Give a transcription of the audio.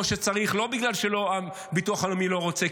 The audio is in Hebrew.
שצריך לא בגלל שהביטוח הלאומי לא רוצה,